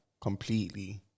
completely